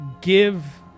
give